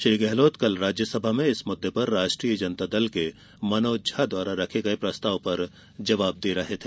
श्री गहलोत कल राज्यसभा में इस मुद्दे पर राष्ट्रीय जनता दल के मनोज झा द्वारा रखे गए प्रस्ताव पर जवाब दे रहे थे